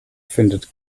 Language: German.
findet